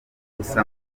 gusa